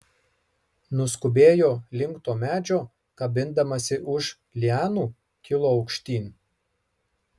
nuskubėjo link to medžio kabindamasi už lianų kilo aukštyn